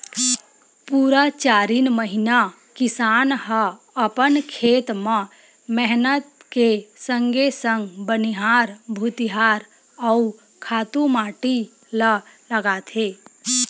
पुरा चारिन महिना किसान ह अपन खेत म मेहनत के संगे संग बनिहार भुतिहार अउ खातू माटी ल लगाथे